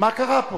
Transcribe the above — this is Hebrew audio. מה קרה פה?